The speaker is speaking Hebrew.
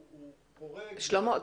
הוא --- שלמה,